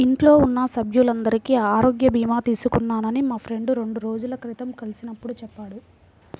ఇంట్లో ఉన్న సభ్యులందరికీ ఆరోగ్య భీమా తీసుకున్నానని మా ఫ్రెండు రెండు రోజుల క్రితం కలిసినప్పుడు చెప్పాడు